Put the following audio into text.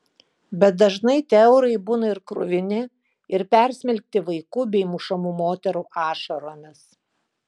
bet dažnai tie eurai būna ir kruvini ir persmelkti vaikų bei mušamų moterų ašaromis